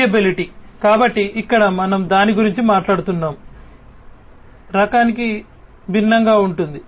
variability కాబట్టి ఇక్కడ మనం దాని గురించి మాట్లాడుతున్నాము రకానికి భిన్నంగా ఉంటుంది